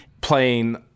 playing